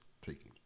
taking